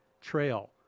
Trail